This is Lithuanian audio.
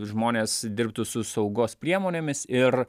žmonės dirbtų su saugos priemonėmis ir